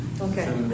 Okay